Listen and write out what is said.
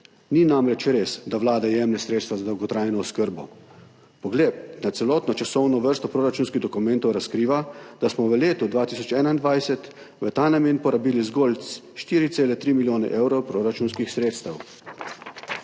Ni namreč res, da Vlada jemlje sredstva za dolgotrajno oskrbo. Pogled na celotno časovno vrsto proračunskih dokumentov razkriva, da smo v letu 2021 v ta namen porabili zgolj 4,3 milijona evrov proračunskih sredstev.